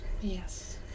Yes